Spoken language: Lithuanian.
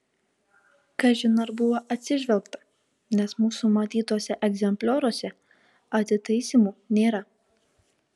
kažin ar buvo atsižvelgta nes mūsų matytuose egzemplioriuose atitaisymų nėra